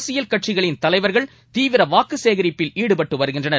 அரசியல் கட்சிகளின் தலைவர்கள் தீவிர வாக்கு சேகரிப்பில் ஈடுபட்டு வருகின்றனர்